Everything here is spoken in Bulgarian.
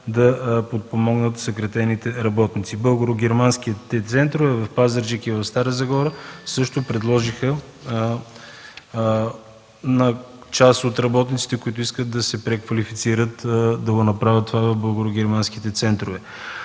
да подпомогнат съкратените работници. Българо-германските центрове в Пазарджик и в Стара Загора също предложиха на част от работниците, които искат да се преквалифицират, да направят това в българо-германските центрове.